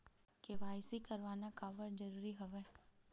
KYC करवाना काबर जरूरी हवय?